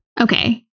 Okay